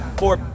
four